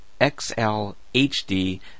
XLHD